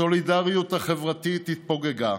הסולידריות החברתית התפוגגה